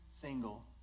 single